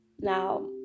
Now